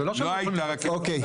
אוקיי.